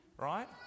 right